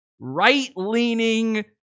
right-leaning